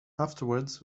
afterwards